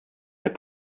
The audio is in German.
der